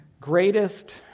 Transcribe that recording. greatest